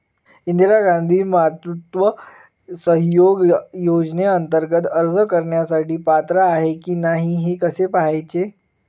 इंदिरा गांधी मातृत्व सहयोग योजनेअंतर्गत अर्ज करण्यासाठी पात्र आहे की नाही हे कसे पाहायचे?